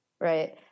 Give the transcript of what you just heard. right